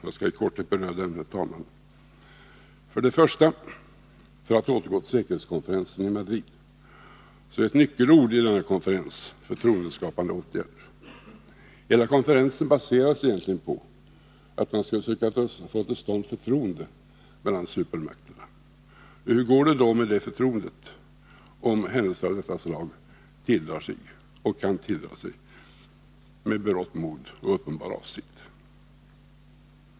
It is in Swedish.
Jag skall, herr talman, bara i korthet nämna några. För att återgå till säkerhetskonferensen i Madrid vill jag säga att nyckelord vid denna konferens är: förtroendeskapande åtgärder. Hela konferensen baseras egentligen på att man skall försöka få till stånd förtroende mellan supermakterna. Hur går det då med det förtroendet, om händelser av detta slag tilldrar sig och kan tilldra sig, med berått mod och uppenbar avsikt?